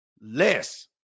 less